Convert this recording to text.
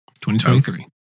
2023